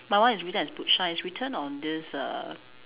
my one is written as boot shine it's written on this err